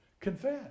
confess